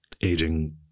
aging